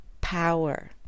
power